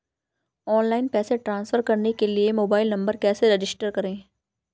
Online पैसे transfer करने के लिए मोबाइल नंबर कैसे रजिस्टर करें?